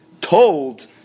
told